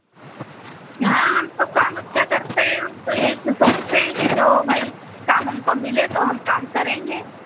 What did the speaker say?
हाँ हम तो काम अच्छा करते हैं हम तो यही तो सोचते हैं कि जो भाई काम हमको मिले तो हम काम करेंगे